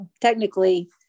technically